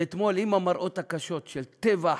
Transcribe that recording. ואתמול, עם המראות הקשים של טבח,